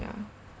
ya